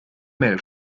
mail